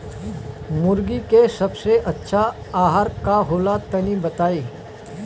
मुर्गी के सबसे अच्छा आहार का होला तनी बताई?